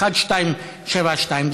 1272,